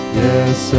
yes